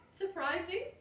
surprising